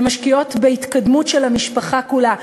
הן משקיעות בהתקדמות של המשפחה כולה,